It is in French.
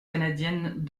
canadiennes